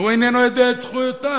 והוא אינו יודע את זכויותיו.